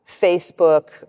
Facebook